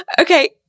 Okay